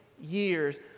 years